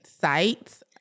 sites